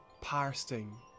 parsing